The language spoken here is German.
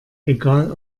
egal